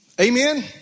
Amen